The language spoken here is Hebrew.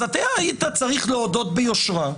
אז אתה היית צריך להודות ביושרה,